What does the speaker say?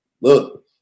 Look